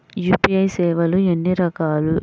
UPI సేవలు ఎన్నిరకాలు?